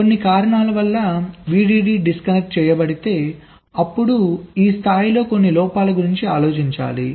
కొన్ని కారణాల వల్ల VDD డిస్కనెక్ట్ చేయబడితే అప్పుడు ఈ స్థాయిలో కొన్ని లోపాల గురించి ఆలోచించాలి